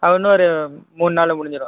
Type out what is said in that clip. அது இன்னும் ஒரு மூண் நாளில் முடிஞ்சிவிடும்